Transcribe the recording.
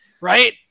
right